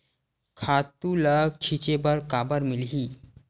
खातु ल छिंचे बर काबर मिलही?